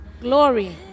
glory